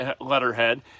letterhead